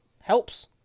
helps